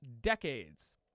decades